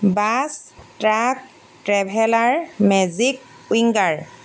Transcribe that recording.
bus truck traveller magic winger